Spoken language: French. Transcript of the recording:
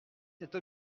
cette